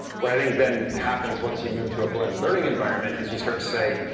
what i think then happens once you move to a blended learning environment is you start to say,